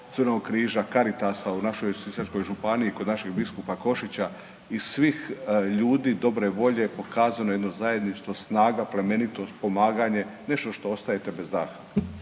Crvenog križa, Caritasa u našoj sisačkoj županiji kod naše biskupa Košića i svih ljudi dobre volje pokazano je jedno zajedništvo, snaga, plemenitost, pomaganje, nešto što ostajete bez daha